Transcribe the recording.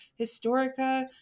Historica